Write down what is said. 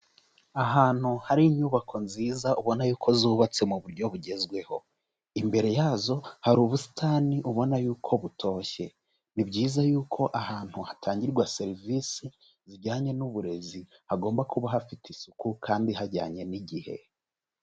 Ahantu hari inyubako nziza ubona ko zubatse mu buryo bugezweho, imbere yazo hari ubusitani ubona yuko butoshye, ni byiza yuko ahantu hatangirwa serivisi zijyanye n'uburezi, hagomba kuba hafite isuku kandi hajyanye n'igihe.